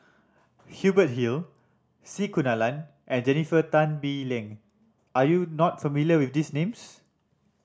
Hubert Hill C Kunalan and Jennifer Tan Bee Leng are you not familiar with these names